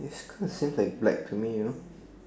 it's kind of things like black to me you know